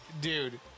Dude